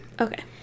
okay